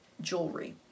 jewelry